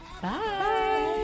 Bye